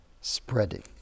spreading